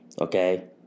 Okay